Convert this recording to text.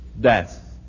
death